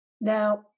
Now